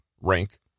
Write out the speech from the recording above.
rank